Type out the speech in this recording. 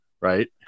right